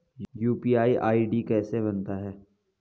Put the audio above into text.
UPI ID कैसे बनाते हैं?